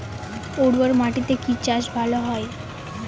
উর্বর মাটিতে কি চাষ ভালো হয়?